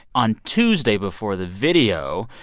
on tuesday, before the video,